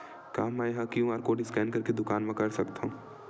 का मैं ह क्यू.आर कोड स्कैन करके दुकान मा कर सकथव?